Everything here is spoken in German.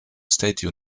state